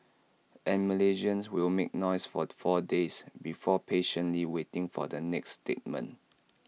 and Malaysians will make noise for four days before patiently waiting the next statement